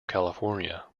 california